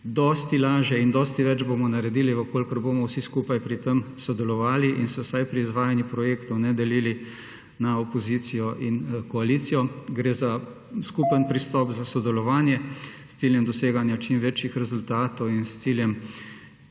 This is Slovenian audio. Dosti lažje in dosti več bomo naredili, če bomo vsi skupaj pri tem sodelovali in se vsaj pri izvajanih projektov ne delili na opozicijo in koalicijo. Gre za skupen pristop, za sodelovanje s ciljem doseganja čim večjih rezultatov in s ciljem